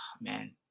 man